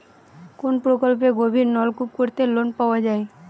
কোন প্রকল্পে গভির নলকুপ করতে লোন পাওয়া য়ায়?